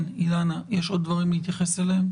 כן, אילנה, יש עוד דברים להתייחס אליהם?